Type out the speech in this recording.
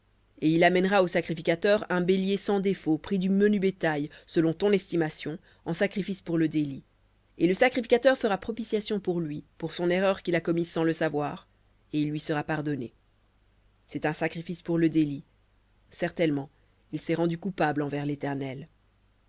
et il amènera au sacrificateur un bélier sans défaut pris du menu bétail selon ton estimation en sacrifice pour le délit et le sacrificateur fera propitiation pour lui pour son erreur qu'il a commise sans le savoir et il lui sera pardonné cest un sacrifice pour le délit certainement il s'est rendu coupable envers l'éternel